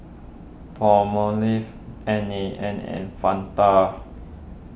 Palmolive N A N and Fanta